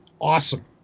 awesome